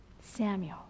Samuel